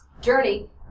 journey